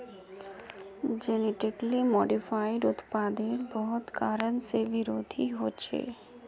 genetically modified उत्पादेर बहुत कारण से विरोधो होछे